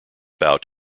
bout